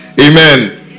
Amen